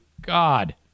God